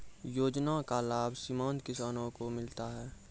योजना का लाभ सीमांत किसानों को मिलता हैं?